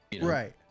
Right